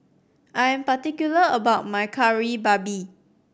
I am particular about my Kari Babi